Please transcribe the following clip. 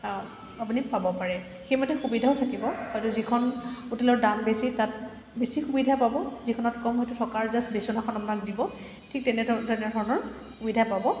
আপুনি পাব পাৰে সেইমতে সুবিধাও থাকিব হয়তো যিখন হোটেলৰ দাম বেছি তাত বেছি সুবিধা পাব যিখনত কম হয়তো থকাৰ জাষ্ট বিচনাখন আপোনাক দিব ঠিক তেনেধ তেনেধৰণৰ সুবিধা পাব